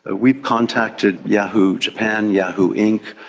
ah we contacted yahoo japan, yahoo inc,